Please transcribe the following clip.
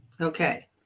Okay